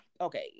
okay